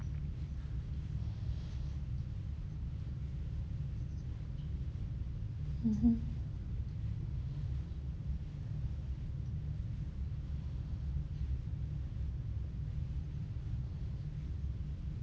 mmhmm